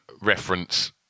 reference